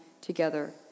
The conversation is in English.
together